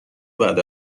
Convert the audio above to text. بعد